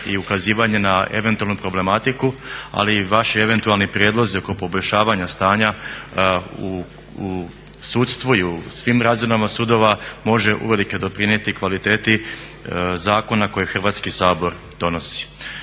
i ukazivanje na eventualnu problematiku, ali i vaši eventualni prijedlozi oko poboljšavanja stanja u sudstvu i u svim razinama sudova može uvelike doprinijeti kvaliteti zakona koje Hrvatski sabor donosi.